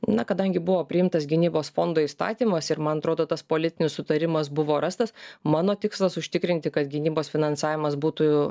na kadangi buvo priimtas gynybos fondo įstatymas ir man atrodo tas politinis sutarimas buvo rastas mano tikslas užtikrinti kad gynybos finansavimas būtų